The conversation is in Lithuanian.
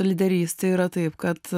lyderystė yra taip kad